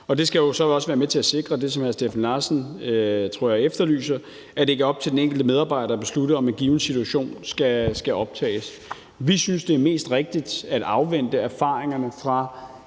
det skal jo så også være med til at sikre det, som hr. Steffen Larsen efterlyser, tror jeg, nemlig at det ikke er op til den enkelte medarbejder at beslutte, om en given situation skal optages. Vi synes, det er mest rigtigt at afvente erfaringerne fra